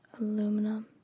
aluminum